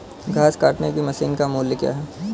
घास काटने की मशीन का मूल्य क्या है?